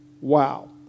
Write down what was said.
Wow